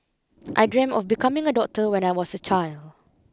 I dream of becoming a doctor when I was a child